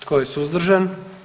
Tko je suzdržan?